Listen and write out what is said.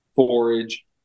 forage